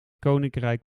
koninkrijk